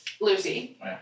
Lucy